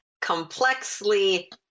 complexly